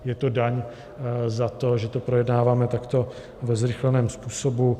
Je to daň za to, že to projednáváme takto ve zrychleném způsobu.